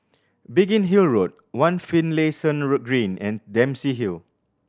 Biggin Hill Road One Finlayson Green and Dempsey Hill